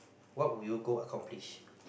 what would you go accomplish